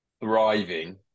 thriving